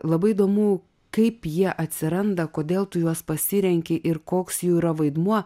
labai įdomu kaip jie atsiranda kodėl tu juos pasirenki ir koks jų yra vaidmuo